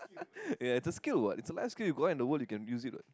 ya it's a skill [what] it's a life skill you go out in the world you can use it [what]